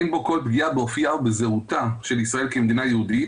אין בו כל פגיעה באופייה ובזהותה של ישראל כמדינה יהודית.